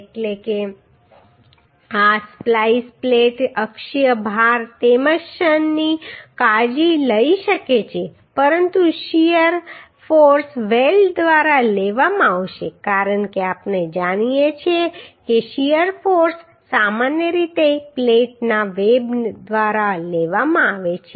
તેથી આ splice plate અક્ષીય ભાર તેમજ ક્ષણની કાળજી લઈ શકે છે પરંતુ શીયર ફોર્સ વેલ્ડ દ્વારા લેવામાં આવશે કારણ કે આપણે જાણીએ છીએ કે શીયર ફોર્સ સામાન્ય રીતે પ્લેટના વેબ દ્વારા લેવામાં આવે છે